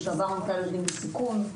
לשעבר עמותה לילדים בסיכון,